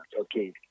Okay